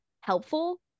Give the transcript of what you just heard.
helpful